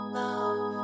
love